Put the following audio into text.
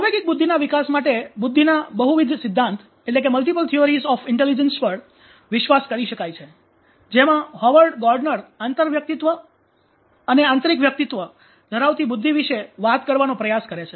સાંવેગિક બુદ્ધિના વિકાસ માટે બુદ્ધિના બહુવિધ સિધ્ધાંત પર વિશ્વાસ કરી શકાય છે જેમાં હોવર્ડ ગાર્ડનર આંતરિકવ્યક્તિત્વ અને આંતરવ્યક્તિત્વ ધરાવતી બુદ્ધિ વિશે વાત કરવાનો પ્રયાસ કરે છે